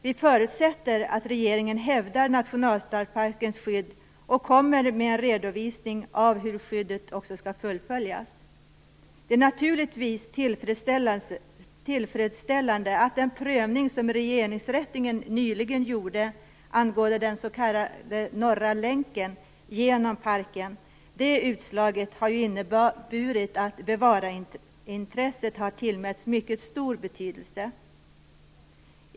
Vi förutsätter att regeringen hävdar nationalstadsparkens skydd och kommer med en redovisning av hur skyddet också skall fullföljas. Det är naturligtvis tillfredsställande att utslaget av den prövning som Regeringsrätten nyligen gjorde angående den s.k. Norra länken genom parken har inneburit att bevarandeintresset har tillmätts mycket stor betydelse.